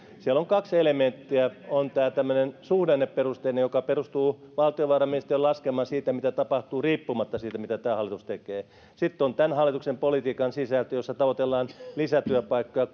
siellä on kaksi elementtiä on tämä tämmöinen suhdanneperusteinen joka perustuu valtiovarainministeriön laskelmaan siitä mitä tapahtuu riippumatta siitä mitä tämä hallitus tekee sitten on tämän hallituksen politiikan sisältö jossa tavoitellaan lisätyöpaikkoja